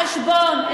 מורים לחשבון,